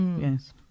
Yes